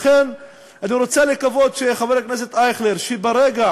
לכן אני רוצה לקוות, חבר הכנסת אייכלר, שברגע